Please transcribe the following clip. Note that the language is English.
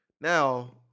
Now